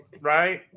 right